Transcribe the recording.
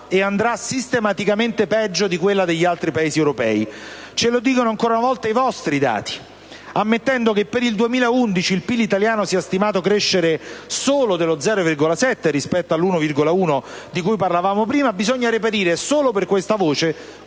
e andrà sistematicamente peggio di quella degli altri Paesi europei. Ce lo dicono ancora una volta i vostri dati: ammettendo che per il 2011 il PIL italiano sia stimato crescere solo dello 0,7 per cento rispetto all'1,1 per cento indicato in precedenza, bisogna reperire, solo per questa voce,